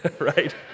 right